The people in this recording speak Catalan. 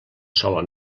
sola